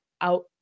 out